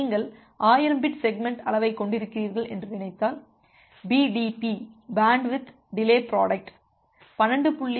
நீங்கள் 1000பிட் செக்மெண்ட் அளவைக் கொண்டிருக்கிறீர்கள் என்று நினைத்தால் பிடிபி பேண்ட்வித் டிலே புரோடக்ட் 12